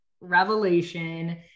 revelation